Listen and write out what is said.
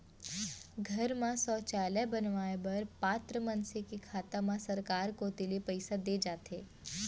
घर म सौचालय बनवाए बर पात्र मनसे के खाता म सरकार कोती ले पइसा दे जाथे